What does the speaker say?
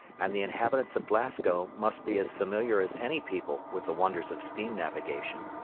and the inhabitants of glasgow must be as familiar as any people with the wonders of steam navigation.